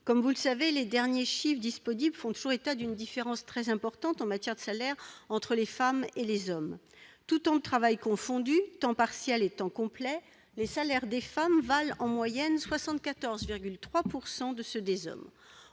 On le sait, les derniers chiffres disponibles font toujours état d'une différence très importante, en matière de salaires, entre les femmes et les hommes. Tous temps de travail confondus- temps partiels et temps complets -, les salaires des femmes représentent, en moyenne, 74,3 % de ceux des hommes.